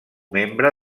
membre